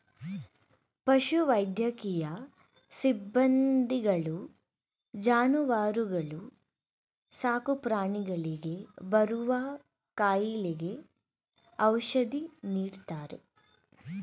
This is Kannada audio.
ಪಶು ವೈದ್ಯಕೀಯ ಸಿಬ್ಬಂದಿಗಳು ಜಾನುವಾರುಗಳು ಸಾಕುಪ್ರಾಣಿಗಳಿಗೆ ಬರುವ ಕಾಯಿಲೆಗೆ ಔಷಧಿ ನೀಡ್ತಾರೆ